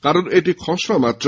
কারণ এটি খসড়া মাত্র